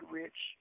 rich